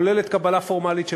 כולל קבלה פורמלית,